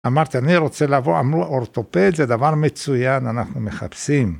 אמרתי, "אני רוצה לעבור" אמרו "אורתופד, זה דבר מצוין, אנחנו מחפשים".